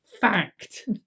fact